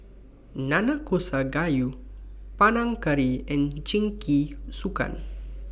Nanakusa Gayu Panang Curry and Jingisukan